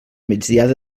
migdiada